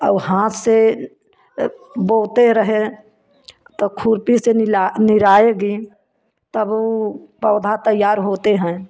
और हाथ से बोते रहें तो खुरपी से निला निराएगी तब ऊ पौधा तैयार होते हैं